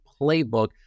playbook